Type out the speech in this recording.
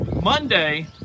Monday